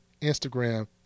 Instagram